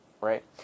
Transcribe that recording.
right